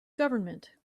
government